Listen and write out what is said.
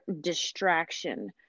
distraction